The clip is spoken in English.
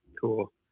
Cool